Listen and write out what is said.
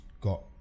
got